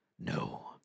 No